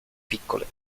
piccole